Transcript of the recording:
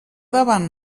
davant